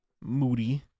moody